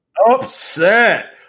Upset